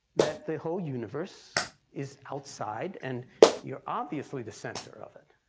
that the whole universe is outside and you are obviously the center of it,